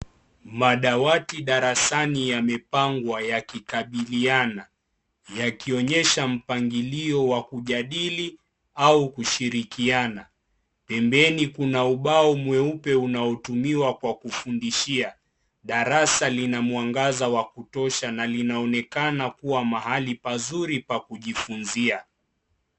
Madawati darasani yamepangwa yakikabiliana, yakionyesha mpangilio wa kujadiri au kushirikiana. Pembeni kuna ubao mweupe unotumiwa kwa kufundishia. Darasa lina mwangaza wa kutosha na linaonekana kuwa mahali pazuri pa kujifunzia.